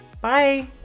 Bye